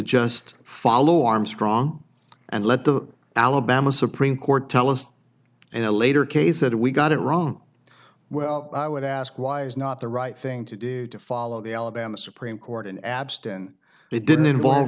just follow armstrong and let the alabama supreme court tell us in a later case that if we got it wrong well i would ask why is not the right thing to do to follow the alabama supreme court and abstain it didn't involve